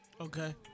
Okay